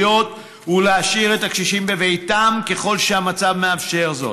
להשאיר את הקשישים בביתם ככל שהמצב מאפשר זאת,